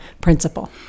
principle